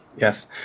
Yes